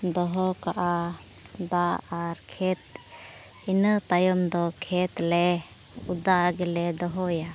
ᱫᱚᱦᱚ ᱠᱟᱜᱼᱟ ᱫᱟᱜ ᱟᱨ ᱠᱷᱮᱛ ᱤᱱᱟᱹ ᱛᱟᱭᱚᱢ ᱫᱚ ᱠᱷᱮᱛ ᱞᱮ ᱚᱫᱟ ᱜᱮᱞᱮ ᱫᱚᱦᱚᱭᱟ